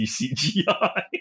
CGI